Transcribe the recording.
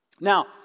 Now